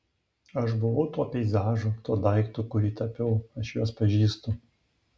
aš buvau tuo peizažu tuo daiktu kurį tapiau aš juos pažįstu